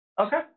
Okay